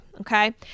okay